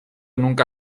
nunca